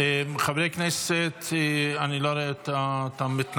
חברי הכנסת, אני לא רואה את המתנגדות.